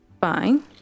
Fine